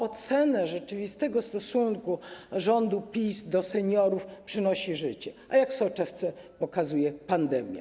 Ocenę rzeczywistego stosunku rządu PiS do seniorów przynosi życie, a jak w soczewce pokazuje pandemia.